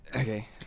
Okay